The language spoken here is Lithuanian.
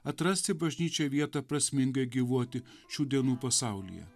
atrasti bažnyčioj vietą prasmingai gyvuoti šių dienų pasaulyje